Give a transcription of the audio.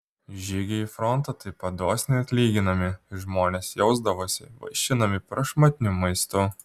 žygiai į frontą taip pat dosniai atlyginami žmonės jausdavosi vaišinami prašmatniu maistu